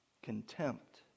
contempt